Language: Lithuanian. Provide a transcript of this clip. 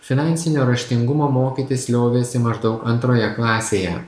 finansinio raštingumo mokytis liovėsi maždaug antroje klasėje